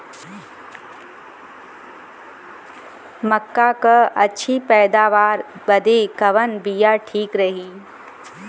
मक्का क अच्छी पैदावार बदे कवन बिया ठीक रही?